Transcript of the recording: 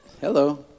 Hello